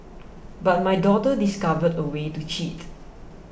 but my daughter discovered a way to cheat